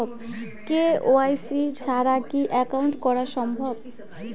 KYC ছাড়া কি account করা সম্ভব?